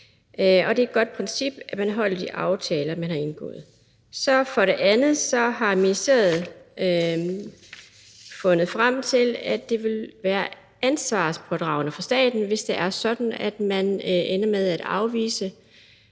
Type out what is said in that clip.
og det er et godt princip, at man holder de aftaler, man har indgået. For det andet har ministeriet fundet frem til, at det vil være ansvarspådragende for staten, hvis det er sådan, at man ender med at afvise